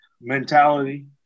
mentality